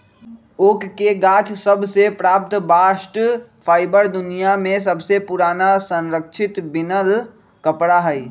oak के गाछ सभ से प्राप्त बास्ट फाइबर दुनिया में सबसे पुरान संरक्षित बिनल कपड़ा हइ